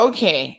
Okay